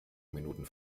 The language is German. minuten